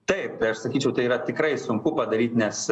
taip aš sakyčiau tai yra tikrai sunku padaryt nes